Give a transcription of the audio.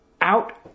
out